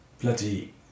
bloody